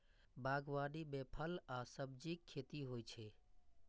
बागवानी मे फल आ सब्जीक खेती होइ छै